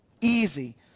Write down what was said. easy